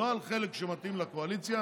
לא על חלק שמתאים לקואליציה